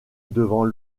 devant